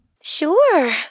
Sure